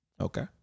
Okay